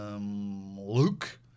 Luke